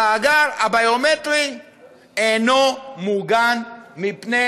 המאגר הביומטרי אינו מוגן מפני